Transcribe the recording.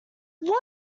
what